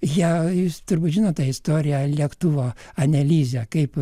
ją jūs turbūt žinot tą istoriją lėktuvo anelize kaip